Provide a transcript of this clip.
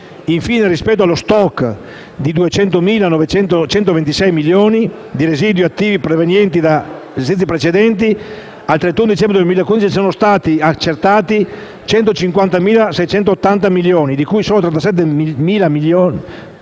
Infatti, rispetto allo *stock* di 209.126 milioni di residui attivi provenienti dagli esercizi precedenti, al 31 dicembre 2015 ne sono stati accertati 150.680 milioni, di cui solo 37.773 milioni